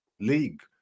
league